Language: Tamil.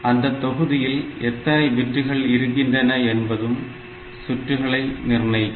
அந்த தொகுதியில் எத்தனை பிட்டுகள் இருக்கின்றன என்பதும் சுற்றுகளை நிர்ணயிக்கும்